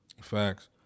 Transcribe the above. Facts